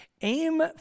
Aim